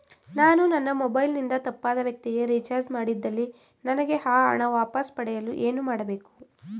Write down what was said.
ನಾನು ನನ್ನ ಮೊಬೈಲ್ ಇಂದ ತಪ್ಪಾದ ವ್ಯಕ್ತಿಗೆ ರಿಚಾರ್ಜ್ ಮಾಡಿದಲ್ಲಿ ನನಗೆ ಆ ಹಣ ವಾಪಸ್ ಪಡೆಯಲು ಏನು ಮಾಡಬೇಕು?